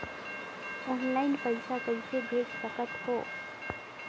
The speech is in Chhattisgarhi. ऑनलाइन पइसा कइसे भेज सकत हो?